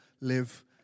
live